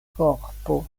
korpo